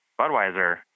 budweiser